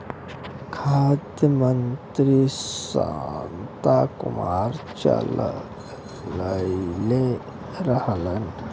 खाद्य मंत्री शांता कुमार चललइले रहलन